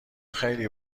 خیلی